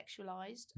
sexualized